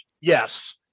Yes